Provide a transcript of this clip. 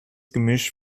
gemisch